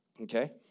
Okay